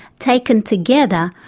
taken together,